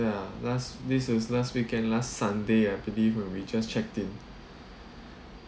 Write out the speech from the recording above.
ya last this was last weekend last sunday I believe when we just checked in